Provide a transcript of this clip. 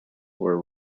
were